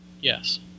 Yes